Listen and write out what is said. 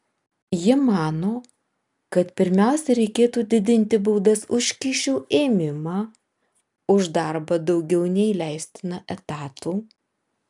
ji mano kad pirmiausia reikėtų didinti baudas už kyšių ėmimą už darbą daugiau nei leistina etatų